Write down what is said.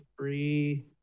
three